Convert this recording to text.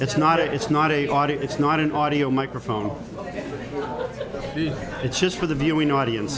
it's not it's not a body it's not an audio microphone the it's just for the viewing audience